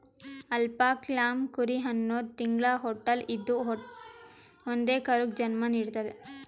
alpaca llama ಕುರಿ ಹನ್ನೊಂದ್ ತಿಂಗ್ಳ ಹೊಟ್ಟಲ್ ಇದ್ದೂ ಒಂದೇ ಕರುಗ್ ಜನ್ಮಾ ನಿಡ್ತದ್